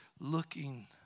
looking